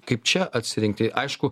kaip čia atsirinkti aišku